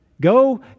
Go